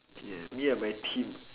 ya me and my team